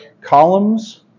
columns